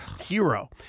Hero